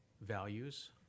values